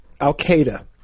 al-qaeda